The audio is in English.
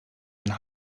and